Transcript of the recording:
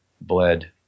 bled